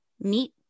meet